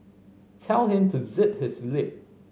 tell him to zip his lip